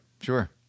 sure